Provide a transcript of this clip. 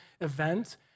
event